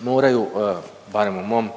moraju, barem u mom,